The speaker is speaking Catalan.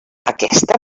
aquesta